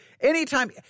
anytime